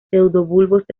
pseudobulbos